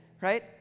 right